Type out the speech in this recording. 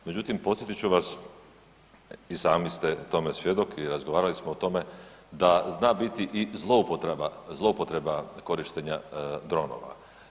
Međutim, podsjetit ću vas, i sami ste tome svjedok i razgovarali smo o tome, da zna biti i zloupotreba, zloupotreba korištenja dronova.